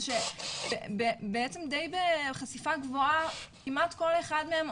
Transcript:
זה שבעצם די בחשיפה גבוהה כמעט כל אחד מהם,